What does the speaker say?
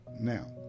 Now